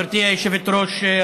גברתי היושבת-ראש,